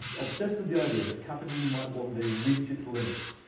obsessed with the idea that capitalism might one day reach its limits.